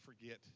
forget